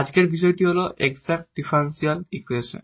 আজকের বিষয় হল এক্সাট ডিফারেনশিয়াল সমীকরণ